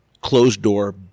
closed-door